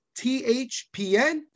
THPN